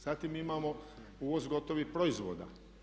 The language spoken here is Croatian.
Zatim imamo uvoz gotovih proizvoda.